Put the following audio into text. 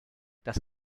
das